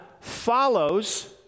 follows